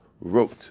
wrote